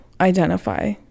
identify